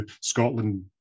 Scotland